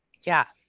yeah,